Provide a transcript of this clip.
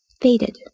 faded